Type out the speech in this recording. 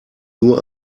nur